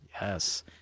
Yes